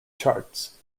charts